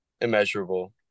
immeasurable